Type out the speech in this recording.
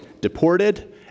deported